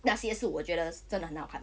那些是我觉得真的很好看